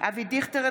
אבי דיכטר,